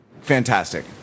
Fantastic